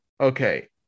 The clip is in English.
Okay